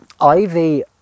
ivy